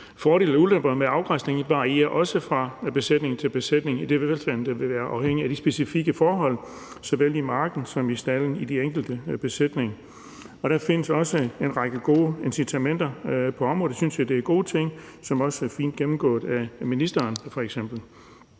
Fordele og ulemper ved afgræsning varierer også fra besætning til besætning, idet velfærden vil være afhængig af de specifikke forhold såvel i marken som i stalden i de enkelte besætninger. Der findes også en række gode incitamenter på området. Vi synes, det er gode ting, som også er fint gennemgået af ministeren